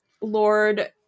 Lord